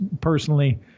personally